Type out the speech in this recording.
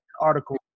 article